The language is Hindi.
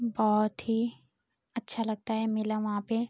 बहुत ही अच्छा लगता है मेला वहाँ पर